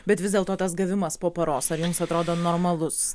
bet vis dėlto tas gavimas po paros ar jums atrodo normalus